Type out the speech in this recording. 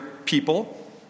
People